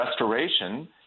restoration